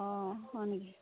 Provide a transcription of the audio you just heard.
অঁ হয় নেকি